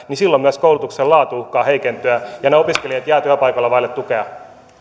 niin silloin myös koulutuksen laatu uhkaa heikentyä ja ne opiskelijat jäävät työpaikoilla vailla tukea